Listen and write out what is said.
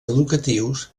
educatius